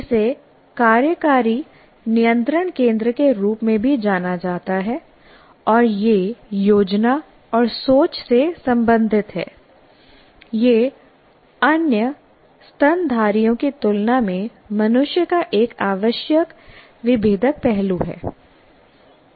इसे कार्यकारी नियंत्रण केंद्र के रूप में भी जाना जाता है और यह योजना और सोच से संबंधित है यह अन्य स्तनधारियों की तुलना में मनुष्यों का एक आवश्यक विभेदक पहलू है